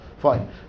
Fine